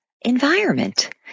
environment